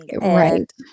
right